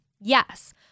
Yes